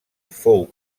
fou